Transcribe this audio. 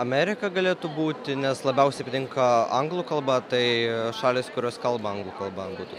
amerika galėtų būti nes labiausiai patinka anglų kalba tai šalys kurios kalba anglų kalba būtų